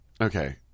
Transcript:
Okay